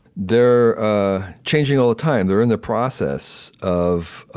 they're ah changing all the time. they're in the process of